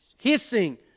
hissing